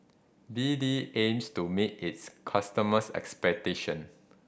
B D aims to meet its customers' expectation